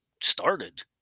started